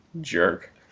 jerk